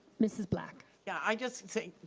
mrs. black yeah i just think,